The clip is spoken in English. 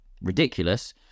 ridiculous